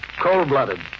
Cold-blooded